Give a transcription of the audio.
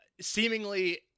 seemingly